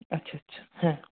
আচ্ছা আচ্ছা হ্যাঁ